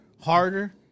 harder